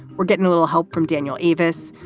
we're getting a little help from daniel eavis.